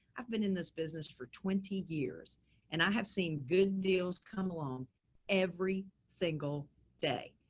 i've been in this business for twenty years and i have seen good deals come along every single day.